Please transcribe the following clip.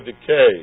decay